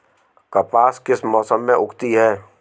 कपास किस मौसम में उगती है?